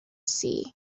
sea